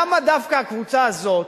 למה דווקא הקבוצה הזאת,